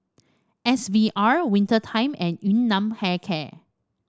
S V R Winter Time and Yun Nam Hair Care